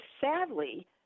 sadly